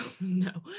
no